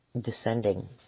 descending